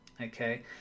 okay